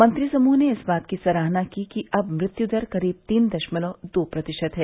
मंत्री समूह ने इस बात की सराहना की कि अब मृत्यु दर करीब तीन दशमलव दो प्रतिशत है